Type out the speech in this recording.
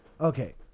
Okay